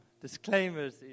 disclaimers